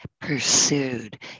pursued